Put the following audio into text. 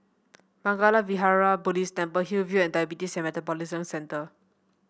Mangala Vihara Buddhist Temple Hillview and Diabetes Metabolism Centre